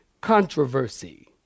controversy